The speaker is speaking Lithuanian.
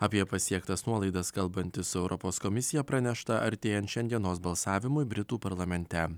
apie pasiektas nuolaidas kalbantis su europos komisija pranešta artėjant šiandienos balsavimui britų parlamente